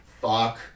Fuck